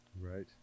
Right